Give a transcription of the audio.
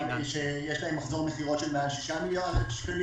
אני מבקש שתבואו לכאן בעוד שנה וחצי כדי